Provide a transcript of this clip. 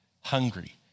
hungry